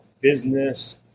business